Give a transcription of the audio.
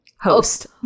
host